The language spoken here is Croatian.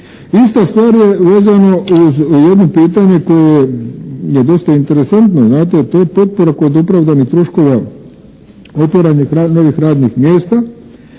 Ista stvar je vezano uz jedno pitanje koje je dosta interesantno, znate. To je potpora kod opravdanih troškova, otvaranje novih radnih mjesta